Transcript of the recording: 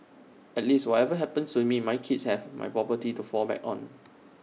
at least whatever happens to me my kids have my property to fall back on